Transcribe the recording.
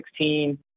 2016